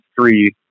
three